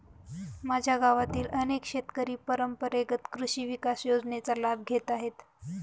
माझ्या गावातील अनेक शेतकरी परंपरेगत कृषी विकास योजनेचा लाभ घेत आहेत